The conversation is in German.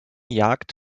jagd